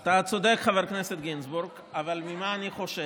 אתה צודק, חבר הכנסת גינזבורג, אבל ממה אני חושש?